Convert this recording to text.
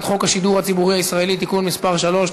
חוק השידור הציבורי הישראלי (תיקון מס' 3),